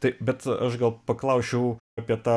tai bet aš gal paklausčiau apie tą